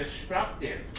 destructive